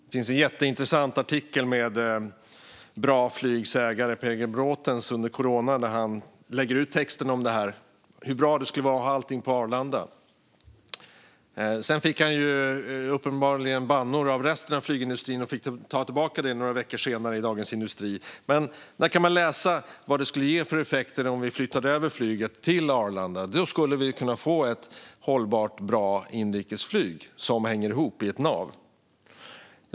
Det finns en jätteintressant artikel från coronatiden med BRA Flygs ägare Per G. Braathen där han lägger ut texten om hur bra det skulle vara att ha allting på Arlanda. Sedan fick han uppenbarligen bannor av resten av flygindustrin, och några veckor senare fick han ta tillbaka det i Dagens industri. Men där kan man läsa vad det skulle ge för effekter om vi flyttade över flyget till Arlanda. Då skulle vi kunna få ett hållbart och bra inrikesflyg som hänger ihop i ett nav.